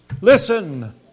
listen